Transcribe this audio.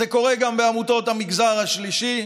זה קורה גם בעמותות המגזר השלישי.